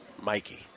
mikey